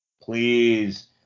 Please